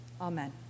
Amen